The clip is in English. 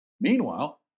Meanwhile